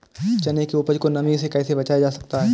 चने की उपज को नमी से कैसे बचाया जा सकता है?